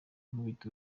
ankubita